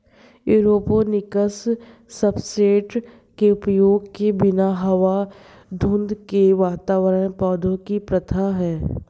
aeroponics substrate के उपयोग के बिना हवा धुंध के वातावरण पौधों की प्रथा है